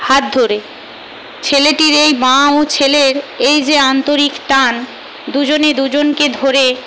হাত ধরে ছেলেটির এই মা ও ছেলের এই যে আন্তরিক টান দুজনে দুজনকে ধরে